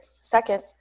Second